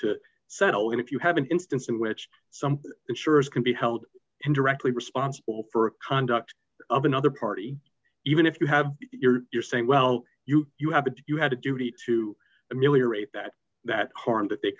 to settle and if you have an instance in which some insurers can be held and directly responsible for conduct of another party even if you have your you're saying well you you have to do you have a duty to ameliorate that that harm that they